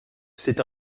c’est